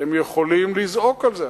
אתם יכולים לזעוק על זה,